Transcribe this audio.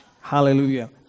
Hallelujah